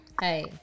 Hey